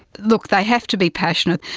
look, they have to be passionate.